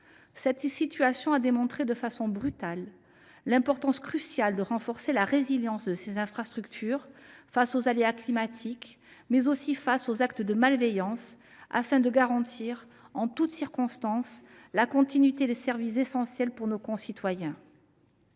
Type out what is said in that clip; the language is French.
isolement. Elle a démontré de façon brutale l’importance cruciale de renforcer la résilience de ces infrastructures face aux aléas climatiques, mais aussi aux actes de malveillance, afin de garantir, en toutes circonstances, la continuité des services essentiels pour nos concitoyens.